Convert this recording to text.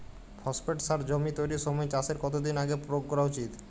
Phosphate সার জমি তৈরির সময় চাষের কত দিন আগে প্রয়োগ করা উচিৎ?